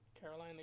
Carolina